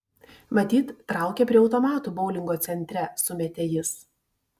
matyt traukia prie automatų boulingo centre sumetė jis